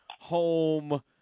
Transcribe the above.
home